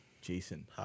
Jason